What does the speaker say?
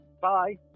Bye